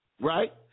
Right